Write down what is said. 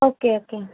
okay okay